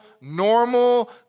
normal